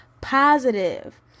positive